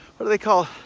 what are they called?